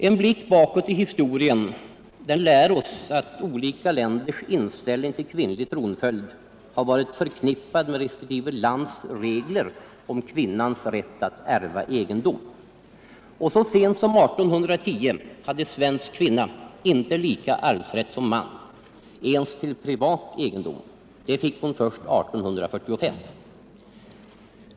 En blick bakåt i historien lär oss att olika länders inställning till kvinnlig tronföljd har varit förknippad med respektive lands regler om kvinnans rätt att ärva egendom. Och så sent som år 1810 hade svensk kvinna inte samma arvsrätt som man, ens till privat egendom. Det fick hon först år 1845.